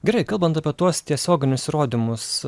gerai kalbant apie tuos tiesioginius įrodymus